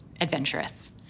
adventurous